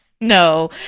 no